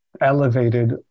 elevated